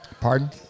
Pardon